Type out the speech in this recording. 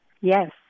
Yes